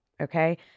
Okay